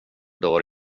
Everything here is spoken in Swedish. dör